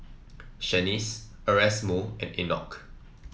Shanice Erasmo and Enoch